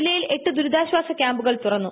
ജില്ലയിൽ എട്ട് ദുരിതാശ്ചാസ ക്യാമ്പുകൾ തുറന്നു